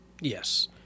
Yes